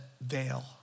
veil